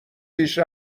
پیش